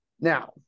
Now